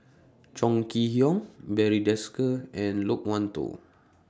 Chong Kee Hiong Barry Desker and Loke Wan Tho